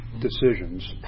decisions